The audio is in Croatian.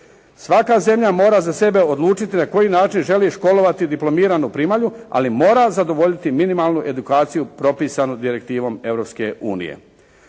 Svaka zemlja mora za sebe odlučiti na koji način želi školovati diplomiranu primalju,, ali mora zadovoljiti minimalnu edukaciju propisanu direktivom